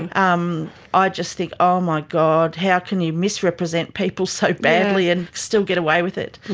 and um ah just think, oh my god, how can you misrepresent people so badly and still get away with it.